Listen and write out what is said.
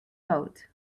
boat